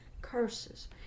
curses